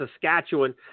Saskatchewan